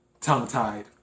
tongue-tied